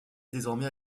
désormais